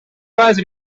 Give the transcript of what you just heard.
was